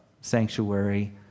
sanctuary